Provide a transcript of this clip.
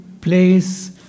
place